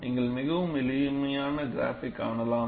நீங்கள் மிகவும் எளிமையான க்ராப்பை காணலாம்